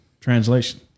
translation